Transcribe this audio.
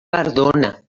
perdona